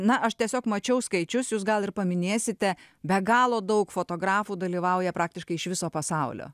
na aš tiesiog mačiau skaičius gal ir paminėsite be galo daug fotografų dalyvauja praktiškai iš viso pasaulio